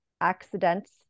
accidents